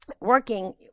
working